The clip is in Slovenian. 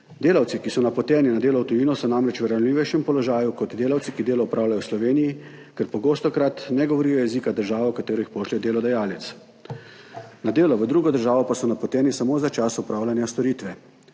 Delavci, ki so napoteni na delo v tujino, so namreč v ranljivejšem položaju kot delavci, ki delo opravljajo v Sloveniji, ker pogostokrat ne govorijo jezika države, v katero jih pošlje delodajalec. Na delo v drugo državo pa so napoteni samo za čas opravljanja storitve,